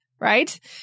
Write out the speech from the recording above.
right